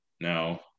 Now